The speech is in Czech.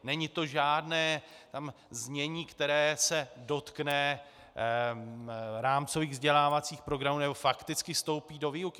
Není to žádné znění, které se dotkne rámcových vzdělávacích programů nebo fakticky vstoupí do výuky.